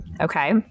Okay